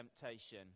temptation